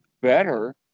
better